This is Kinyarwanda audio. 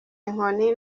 inkoni